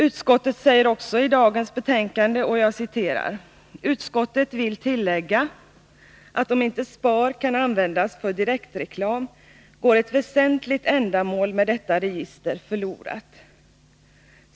Utskottet säger också i dagens betänkande: ”Utskottet vill tillägga att om inte SPAR kan användas för direktreklam går ett väsentligt ändamål med detta register förlorat.